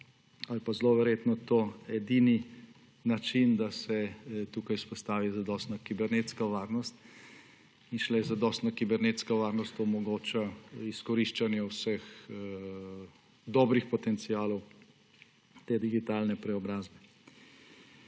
ali pa zelo verjetno to edini način, da se tukaj vzpostavi zadostna kibernetska varnost, in šele zadostna kibernetska varnost omogoča izkoriščanje vseh dobrih potencialov te digitalne preobrazbe.